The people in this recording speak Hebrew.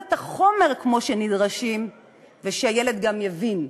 את החומר כמו שהם נדרשים ושהילד גם יבין.